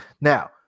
Now